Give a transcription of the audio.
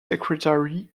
secretary